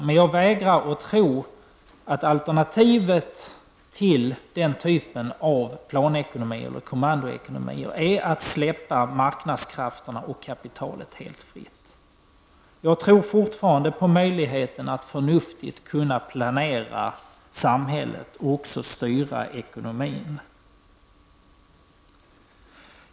Men jag vägrar att tro att alternativet till den typen av planekonomier eller kommandoekonomier är att släppa marknadskrafterna och kapitalet helt fritt. Jag tror fortfarande på möjligheterna att förnuftigt planera samhället och också styra ekonomin.